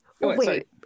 wait